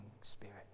spirit